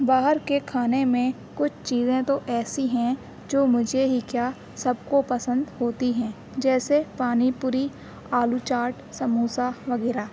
باہر کے کھانے میں کچھ چیزیں تو ایسی ہیں جو مجھے ہی کیا سب کو پسند ہوتی ہیں جیسے پانی پوری آلو چاٹ سموسہ وغیرہ